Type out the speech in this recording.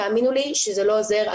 תאמינו לי שזה לא עוזר,